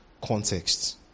context